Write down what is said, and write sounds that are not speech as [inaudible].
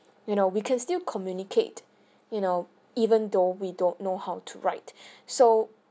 you know we can still communicate you know even though we don't know how to write [breath] so